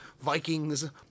Vikings